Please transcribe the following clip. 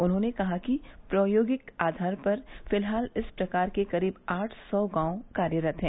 उन्होंने कहा कि प्रायोगिक आधार पर फिलहाल इस प्रकार के करीब आठ सौ गांव कार्यरत हैं